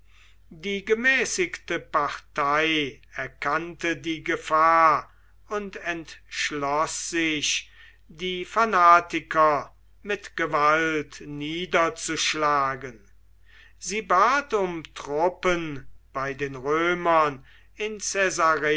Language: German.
die gemäßigte partei erkannte die gefahr und entschloß sich die fanatiker mit gewalt niederzuschlagen sie bat um truppen bei den römern in